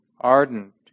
ardent